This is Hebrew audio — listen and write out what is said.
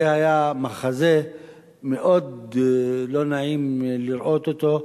זה היה מחזה שמאוד לא נעים לראות אותו,